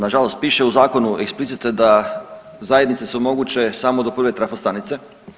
Na žalost piše u zakonu eksplicite da zajednice su moguće samo do prve trafostanice.